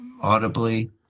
audibly